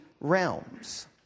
realms